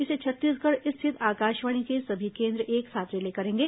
इसे छत्तीसगढ़ स्थित आकाशवाणी के सभी केन्द्र एक साथ रिले करेंगे